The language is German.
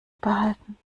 behalten